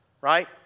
Right